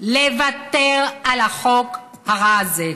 לוותר על החוק הרע הזה,